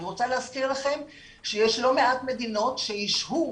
אני רוצה להזכיר לכם שיש לא מעט מדינות שהשהו